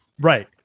Right